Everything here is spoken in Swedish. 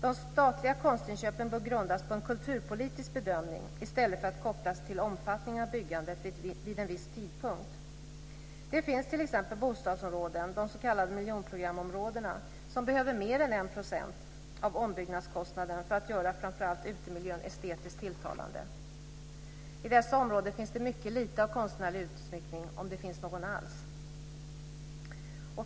De statliga konstinköpen bör grundas på en kulturpolitisk bedömning i stället för att kopplas till omfattningen av byggandet vid en viss tidpunkt. Det finns t.ex. bostadsområden, de s.k. miljonprogramområdena, som behöver mer än 1 % av ombyggnadskostnaden för att göra framför allt utemiljön estetiskt tilltalande. I dessa områden finns det mycket lite av konstnärlig utsmyckning - om det finns någon alls.